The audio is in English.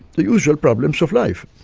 the usual problems of life.